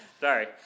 Sorry